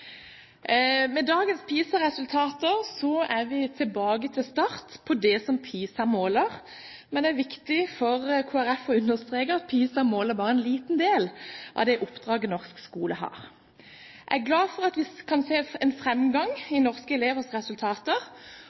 Med dagens PISA-resultater er vi tilbake til start med det som PISA måler. Men det er viktig for Kristelig Folkeparti å understreke at PISA bare måler en liten del av det oppdraget norsk skole har. Jeg er glad for at vi kan se en fremgang i norske elevers resultater,